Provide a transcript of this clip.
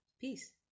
peace